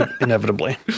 inevitably